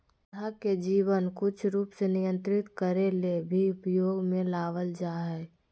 पौधा के जीवन कुछ रूप के नियंत्रित करे ले भी उपयोग में लाबल जा हइ